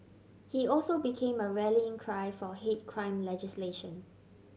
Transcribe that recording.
he also became a rallying cry for hate crime legislation